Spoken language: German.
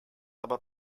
aber